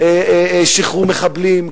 שחרור מחבלים,